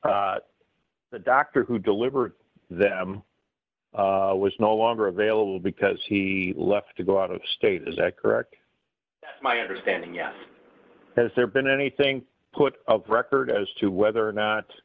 and the doctor who delivered that was no longer available because he left to go out of state is that correct my understanding yes has there been anything put a record as to whether or not